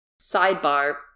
sidebar